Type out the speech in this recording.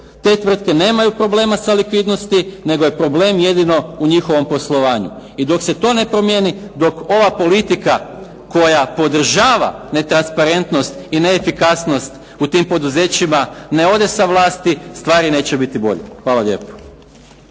te tvrtke nemaju problema sa likvidnosti, nego je problem jedino u njihovom poslovanju. I dok se to ne promijeni, dok ova politika koja podržava netransparentnost i neefikasnost u tim poduzećima ne ode sa vlasti stvari neće biti bolje. Hvala lijepo.